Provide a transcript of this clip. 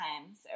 times